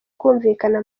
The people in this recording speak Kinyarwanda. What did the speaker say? kumvikana